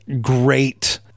great